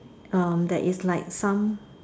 um there is like some